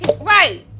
Right